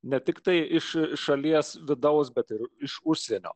ne tiktai iš šalies vidaus bet ir iš užsienio